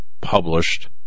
published